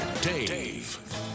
Dave